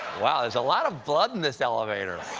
wow, there's a lot of blood in this elevator.